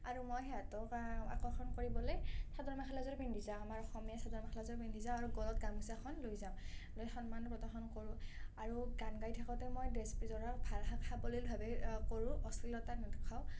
আৰু মই সিহঁতক আকৰ্ষণ কৰিবলৈ চাদৰ মেখেলাযোৰ পিন্ধি যাওঁ আমাৰ অসমীয়া চাদৰ মেখেলাযোৰ পিন্ধি যাওঁ আৰু গলত গামোচাখন লৈ যাওঁ লৈ সন্মান প্ৰদৰ্শন কৰোঁ আৰু গান গাই থাকোঁতে মই ড্ৰেছ কিযোৰা ভাল সাৱলীলভাৱে কৰোঁ অশ্লীলতা নেদেখাওঁ